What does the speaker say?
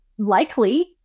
Likely